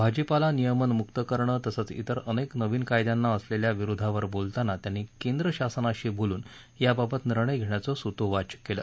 भाजीपाला नियमन मुक्त करणे तसंच इतर अनेक नवीन कायद्यांना असलेल्या विरोधावर बोलताना त्यांनी केंद्र शासनाशी बोलून याबाबत निर्णय घेण्याचे सुतोवाच केलं